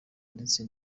ndetse